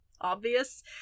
Obvious